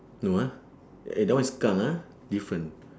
no ah eh that one is skunk ah different